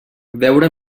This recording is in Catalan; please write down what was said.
veure